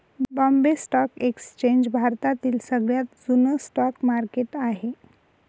Bombay stock exchange भारतातील सगळ्यात जुन स्टॉक मार्केट आहे